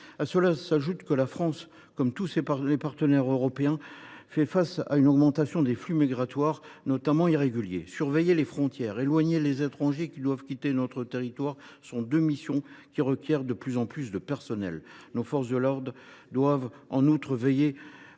À cela s’ajoute que la France, comme tous ses partenaires européens, fait face à une augmentation des flux migratoires, notamment irréguliers. Surveiller les frontières et éloigner les étrangers qui doivent quitter notre territoire sont deux missions qui requièrent de plus en plus de personnel. Nos forces de l’ordre doivent enfin veiller à assurer la